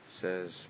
Says